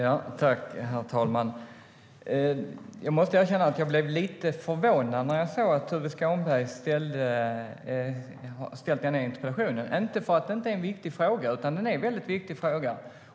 Herr talman! Jag måste erkänna att jag blev lite förvånad när jag såg att Tuve Skånberg hade ställt denna interpellation - inte för att det inte är en viktig fråga, för det är det.